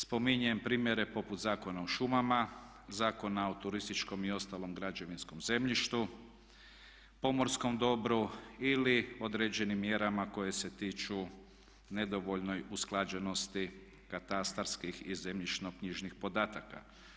Spominjem primjere poput Zakona o šumama, Zakona o turističkom i ostalom građevinskom zemljištu, pomorskom dobru ili određenim mjerama koje se tiču nedovoljne usklađenosti katastarskih i zemljišno-knjižnih podataka.